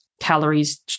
calories